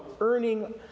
earning